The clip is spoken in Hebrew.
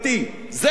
זה חברתי,